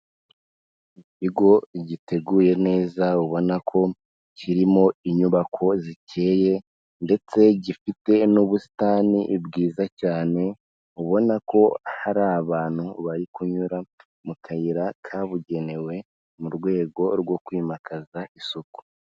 Ikigo giteguye neza ubona ko kirimo inyubako zikeye ndetse gifite n'ubusitani bwiza cyane, ubona ko hari abantu bari kunyura mu kayira kabugenewe mu rwego rwo kwimakaza isuku.